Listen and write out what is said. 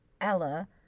Ella